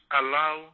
allow